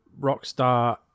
Rockstar